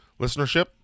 Listenership